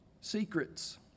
Secrets